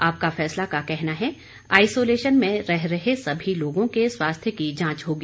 आपका फैसला का कहना है आइसोलेशन में रह रहे सभी लोगों के स्वास्थ्य की जांच होगी